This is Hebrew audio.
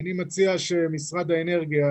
אני מציע שמשרד האנרגיה,